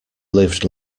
lived